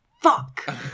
Fuck